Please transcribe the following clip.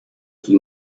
chi